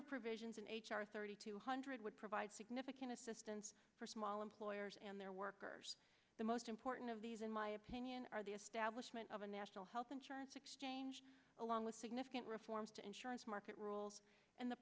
r thirty two hundred would provide significant assistance for small employers and their workers the most important of these in my opinion are the establishment of a national health insurance exchange along with significant reforms to insurance market rules and the